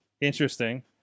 Interesting